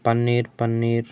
paneer paneer